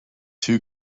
two